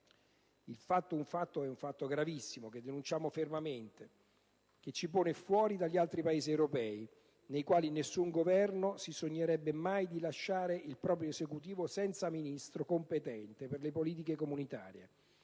Si tratta di un fatto gravissimo, che denunciamo fermamente, che ci pone fuori dalle prassi esistenti negli altri Paesi europei, nei quali nessun Governo si sognerebbe mai di lasciare il proprio Esecutivo senza il Ministro competente per le politiche comunitarie,